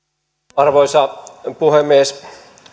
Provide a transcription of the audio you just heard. arvoisa puhemies